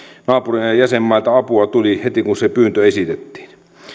naapuri ja jäsenmailta tuli apua heti kun se pyyntö esitettiin